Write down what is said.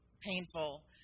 painful